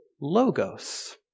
logos